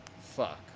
Fuck